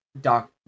Doc